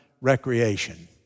recreation